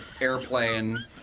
airplane